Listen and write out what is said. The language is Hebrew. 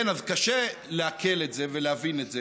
כן, אז קשה לעכל את זה ולהבין את זה.